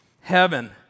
Heaven